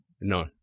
No